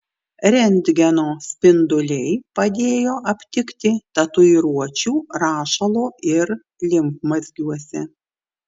rentgeno spinduliai padėjo aptikti tatuiruočių rašalo ir limfmazgiuose